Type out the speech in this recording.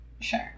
Sure